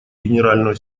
генерального